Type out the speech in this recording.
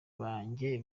banje